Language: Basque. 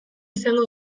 izango